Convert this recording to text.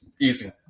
Easy